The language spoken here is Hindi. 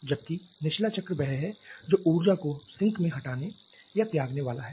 जबकि निचला चक्र वह है जो ऊर्जा को सिंक में हटाने या त्यागने वाला है